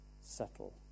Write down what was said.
settle